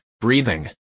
breathing